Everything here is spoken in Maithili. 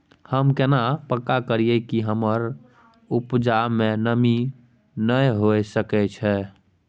हम केना पक्का करियै कि हमर उपजा में नमी नय होय सके छै?